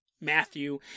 Matthew